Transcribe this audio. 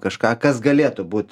kažką kas galėtų būt